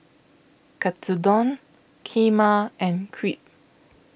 Katsudon Kheema and Crepe